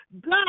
God